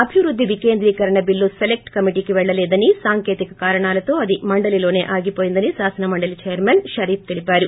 అభివృద్ది వికేంద్రీకరణ బిల్లు సెలెక్ట్ కమిటీకి వెళ్లలేదని సాంకేతిక కారణాలతో అది మండలీలోనే ఆగిపోయిందని శాసన మండలి చైర్మన్ ఎంఏ షరీఫ్ తెలిపారు